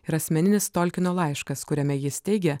ir asmeninis tolkino laiškas kuriame jis teigia